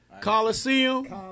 Coliseum